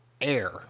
air